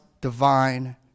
divine